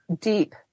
deep